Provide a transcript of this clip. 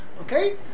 Okay